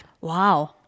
Wow